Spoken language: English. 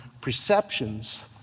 perceptions